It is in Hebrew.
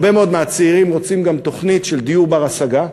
הרבה מאוד מהצעירים רוצים גם תוכנית של דיור בר-השגה,